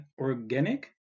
organic